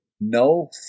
No